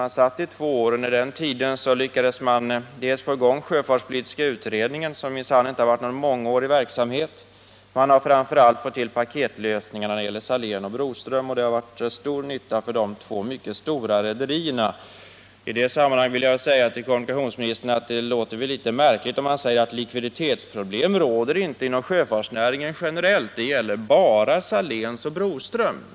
Den satt i två år, och under den tiden lyckades man få i gång sjöfartspolitiska utredningen, som minsann inte haft någon mångårig verksamhet. Man har framför allt fått till stånd paketlösningar när det gäller Salénrederierna och Broströms, till nytta för dessa två mycket stora rederier. I det sammanhanget vill jag säga till kommunikationsministern att det låter litet märkligt om man säger att likviditetsproblem inte råder inom sjöfartsnäringen generellt utan att det bara gäller Saléns och Broströms.